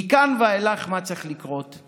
מכאן ואילך מה צריך לקרות?